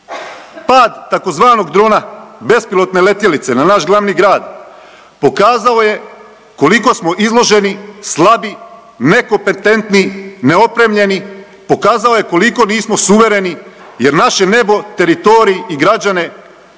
Pad tzv. drona, bespilotne letjelice na naš glavni grad pokazao je koliko smo izloženi, slabi, nekompetentni, neopremljeni, pokazao je koliko nismo suvereni jer naše nebo, teritorij i građane s ovakvom